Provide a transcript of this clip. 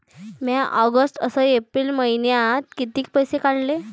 म्या ऑगस्ट अस एप्रिल मइन्यात कितीक पैसे काढले?